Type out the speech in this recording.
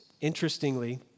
Interestingly